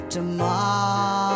Tomorrow